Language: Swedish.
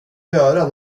göra